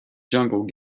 jungle